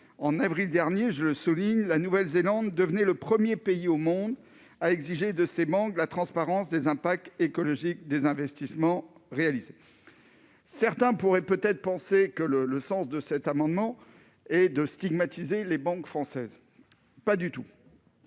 en avril dernier, je le souligne, la Nouvelle-Zélande devenait le 1er pays au monde à exiger de ses mangues, la transparence des impacts écologiques des investissements réalisés, certains pourraient peut-être penser que le le sens de cet amendement et de stigmatiser les banques françaises, pas du tout.